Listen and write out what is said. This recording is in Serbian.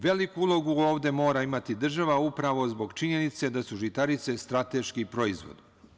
Veliku ulogu mora imati država, upravo zbog činjenice da su žitarice strateški proizvod.